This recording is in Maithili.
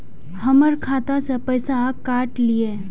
हमर खाता से पैसा काट लिए?